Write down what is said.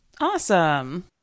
Awesome